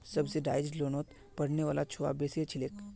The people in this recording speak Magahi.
सब्सिडाइज्ड लोनोत पढ़ने वाला छुआ बेसी लिछेक